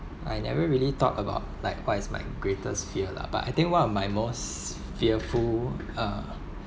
I never really thought about like what is my greatest fear lah but I think one of my most fearful uh